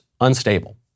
unstable